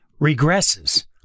regresses